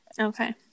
okay